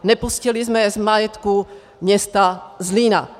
Nepustili jsme je z majetku města Zlína.